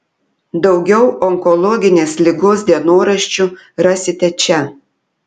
daugiau onkologinės ligos dienoraščių rasite čia